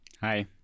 hi